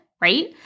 right